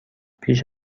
پیش